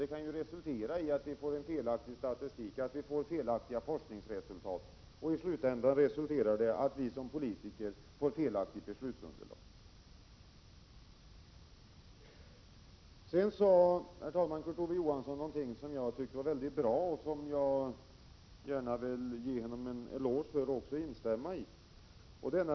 Det kanju 11 november 1987 resultera i en felaktig statistik och felaktiga forskningsresultat, Och i —Aysme. slutändan kan detta resultera i att vi som politiker får ett felaktigt beslutsunderlag. Herr talman! Kurt Ove Johansson sade också någonting som jag tyckte var väldigt bra och som jag gärna vill ge honom en eloge för och instämma i.